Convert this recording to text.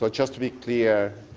but just to be clear